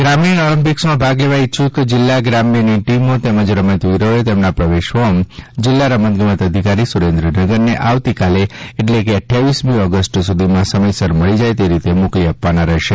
ગ્રામિણ ઓલમ્પિક્સમાં ભાગ લેવા ઇચ્છૂક જિલ્લા ગ્રામ્યની ટીમો તેમજ રમતવીરોએ તેમના પ્રવેશ ફોર્મ જિલ્લા રમતગમત અધિકારી સુરેન્દ્રનગરને આવતીકાલો એટલે કે અદ્વાવીસમી ઓગસ્ટ સુધીમાં સમયસર મળી જાય તે રીતે મોકલી આપવાની રહેશે